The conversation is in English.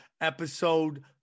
episode